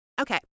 Okay